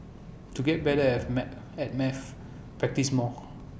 to get better of my at maths practise more